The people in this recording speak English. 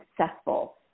successful